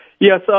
Yes